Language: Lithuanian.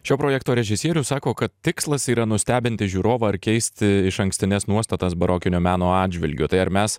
šio projekto režisierius sako kad tikslas yra nustebinti žiūrovą ar keisti išankstines nuostatas barokinio meno atžvilgiu tai ar mes